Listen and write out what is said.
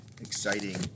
exciting